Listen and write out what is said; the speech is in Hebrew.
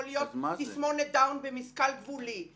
יכול להיות תסמונת דאון במשכל גבולי,